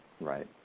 Right